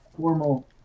formal